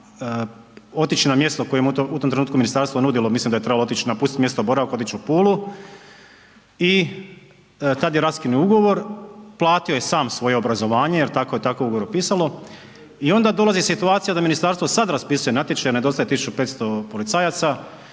otići na mjesto koje mu je u tom trenutku ministarstvo nudilo, mislim da je trebalo otići, napustiti mjesto boravka, otići u Pulu i tada je raskinuo ugovor, platio je sam svoje obrazovanje jer tako je tako u ugovoru pisalo. I onda dolazi situacija da ministarstvo sad raspisuje natječaj, nedostaje 1500 policajaca